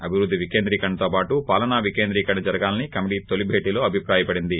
అభివృద్ధి వికేంద్రీ కరణతో పాటు పాలనా వికేంద్రీ కరణ జరగాలని కమిటీ తొలి భేటీలో అభిప్రాయపడింది